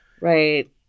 Right